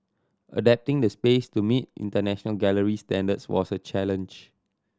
adapting the space to meet international gallery standards was a challenge